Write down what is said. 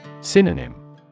Synonym